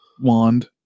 wand